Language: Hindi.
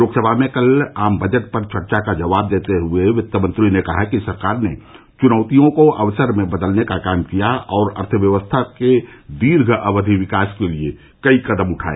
लोकसभा में कल आम बजट पर चर्चा का जवाब देते हुए वित्त मंत्री ने कहा कि सरकार ने चुनौतियों को अवसर में बदलने का काम किया और अर्थव्यवस्था के दीर्घ अवधि विकास के लिए कई कदम उठाए